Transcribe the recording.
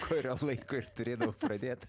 kuriam laikui turėdavo pradėt